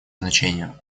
значение